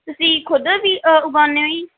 ਤੁਸੀਂ ਖੁਦ ਵੀ ਉਗਾਨੇ ਹੋ ਜੀ